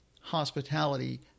hospitality